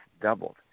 doubled